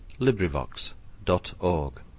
librivox.org